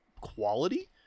quality